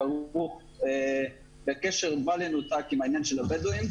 כרוך בקשר בל ינותק עם העניין של הבדואים,